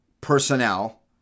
personnel